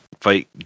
fight